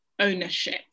ownership